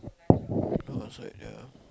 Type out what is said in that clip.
outside ya